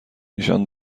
ایشان